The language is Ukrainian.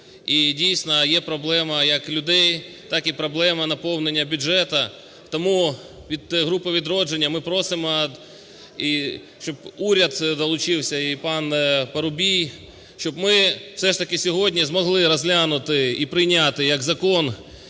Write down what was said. І, дійсно, є проблема як людей, так і проблема наповнення бюджету. Тому від групи "Відродження" ми просимо, щоб уряд долучився, і, панПарубій, щоб ми все ж таки сьогодні змогли розглянути і прийняти як закон